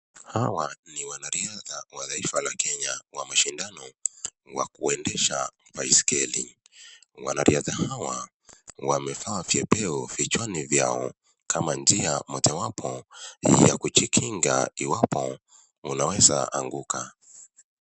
Hawa ni wanariadha wa taifa la Kenya wa mashindano wa kuendesha baiskeli. Wanariadha hawa wamevaa vyepeo vichwani vyao, kama njia mojawapo ya kujikinga iwapo unaweza anguka.